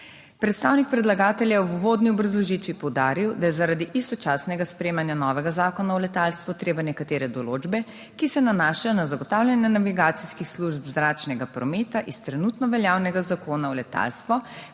Predstavnik predlagatelja je v uvodni obrazložitvi poudaril, da je zaradi istočasnega sprejemanja novega zakona o letalstvu treba nekatere določbe, ki se nanašajo na zagotavljanje navigacijskih služb zračnega prometa, iz trenutno veljavnega Zakona o letalstvu